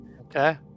Okay